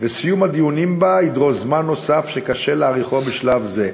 וסיום הדיונים בה ידרוש זמן נוסף שקשה להעריכו בשלב זה.